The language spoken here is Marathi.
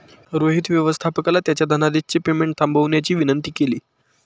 रोहित व्यवस्थापकाला त्याच्या धनादेशचे पेमेंट थांबवण्याची विनंती केली